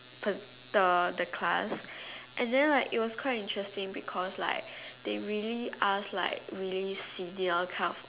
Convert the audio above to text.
the the class and then like it was quite interesting because like they really ask like really silly kind of